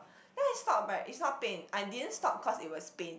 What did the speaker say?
then I stop but it's not pain I didn't stop cause it was pain